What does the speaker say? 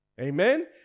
Amen